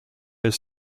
his